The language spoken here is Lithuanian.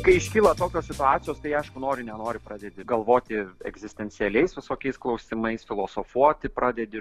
kai iškyla tokios situacijos tai aišku nori nenori pradedi galvoti egzistencialiais visokiais klausimais filosofuoti pradedi